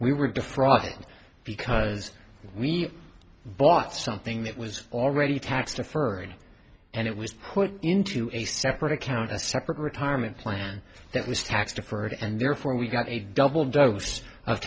we were defrauded because we bought something that was already tax deferred and it was put into a separate account a separate retirement plan that was tax deferred and therefore we got a double dose of